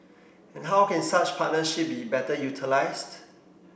and how can such partnership be better utilised